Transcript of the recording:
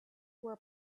were